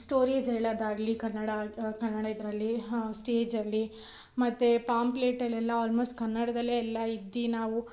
stories ಹೇಳೋದಾಗಲಿ ಕನ್ನಡ ಕನ್ನಡ ಇದರಲ್ಲಿ ಸ್ಟೇಜಲ್ಲಿ ಮತ್ತು ಪಾಂಪ್ಲೇಟಲ್ಲೆಲ್ಲ ಆಲ್ಮೋಸ್ಟ್ ಕನ್ನಡದಲ್ಲೇ ಎಲ್ಲ ಇದ್ದು ನಾವು